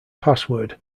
password